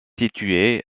situé